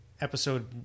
episode